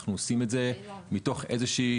אנחנו עושים את זה מתוך איזושהי